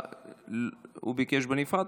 הוא ביקש בנפרד.